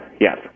Yes